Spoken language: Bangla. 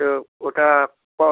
তো ওটা